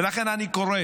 ולכן אני קורא